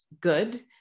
good